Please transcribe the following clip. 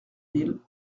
mille